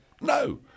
No